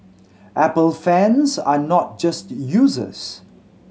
apple fans are not just users